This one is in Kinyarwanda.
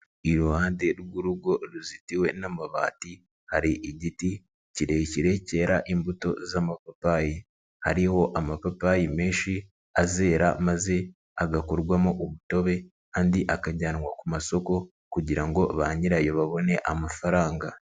Iruhande rw'urugo ruzitiwe n'amabati, hari igiti kirekire cyera imbuto z'amapapayi, hariho amapapayi menshi azera maze agakurwamo umutobe kandi akajyanwa ku masoko kugira ngo ba nyirayo babone amafaranga.